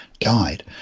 died